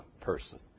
person